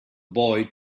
boy